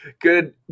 Good